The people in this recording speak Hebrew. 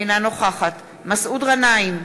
אינה נוכחת מסעוד גנאים,